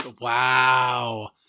Wow